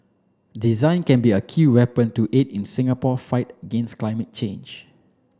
design can be a key weapon to aid in Singapore fight against climate change